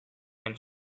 and